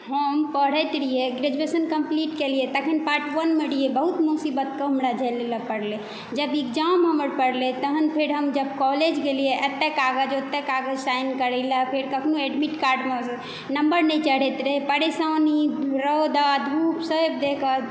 हम पढ़ैत रहियै ग्रेजुएशन कम्पलीट केलियै तखन पार्ट वनमे रहियै बहुत मुसीबत के हमरा झेलय लए परलै जब एग्जाम हमर परलय तहन फेर हम जब कॉलेज गेलियै एतौ कागज ओतौ कागज साइन करय लऽ फेर कखनहुँ एडमिट कार्डमे नम्बर नहि चढ़ैत रहय परेशानी रौदा धूप सहि तहिक